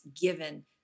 given